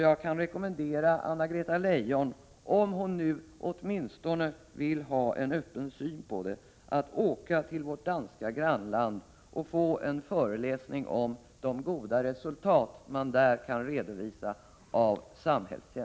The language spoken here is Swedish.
Jag kan rekommendera Anna-Greta Leijon — om hon åtminstone vill ha en öppen syn på detta — att åka till vårt danska grannland och få en föreläsning om de goda resultat av samhällstjänst man där kan redovisa.